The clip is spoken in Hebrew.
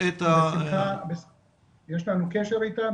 את --- יש לנו קשר איתם.